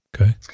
Okay